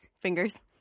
Fingers